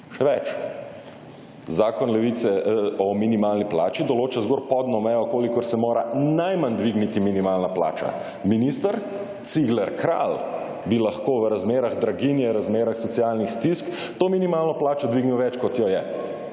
Še več, zakon o minimalni plači določa zgolj spodnjo mejo, kolikor se mora najmanj dvigniti minimalna plača. Minister Cigler Kralj bi lahko v razmerah draginje, razmerah socialnih stisk to minimalno plačo dvignil več kot jo je.